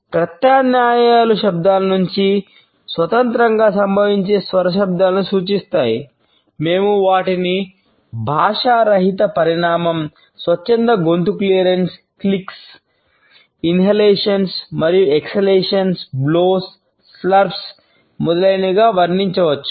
ప్రత్యామ్నాయాలు శబ్దాల నుండి స్వతంత్రంగా సంభవించే స్వర శబ్దాలను సూచిస్తాయి మేము వాటిని భాషా రహిత పరిమాణం స్వచ్ఛంద గొంతు క్లియరింగ్స్ మొదలైనవిగా వర్ణించవచ్చు